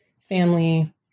family